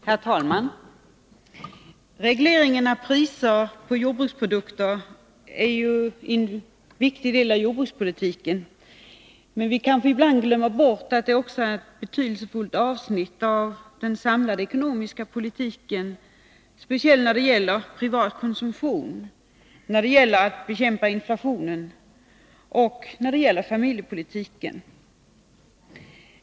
Herr talman! Regleringen av priserna på jordbruksprodukter är en viktig del av jordbrukspolitiken. Men vi kanske ibland glömmer bort att den också är ett betydelsefullt avsnitt av den samlade ekonomiska politiken, speciellt när det gäller privat konsumtion, när det gäller att bekämpa inflationen och när det gäller familjepolitiken.